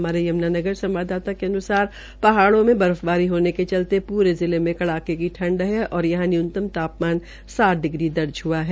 हमारे यमुनानगर संवाददाता के अनुसार पहाड़ो में बर्फबारी होने के चलते पूरे जिले मे कड़ाके की ठंड है और यहां का न्यूनतम तापमान सात डिग्री दर्ज हुआ है